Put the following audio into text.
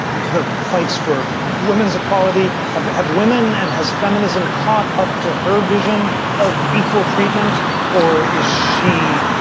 the fights for women's equality? have have women and has feminism caught up to her vision of equal treatment or is she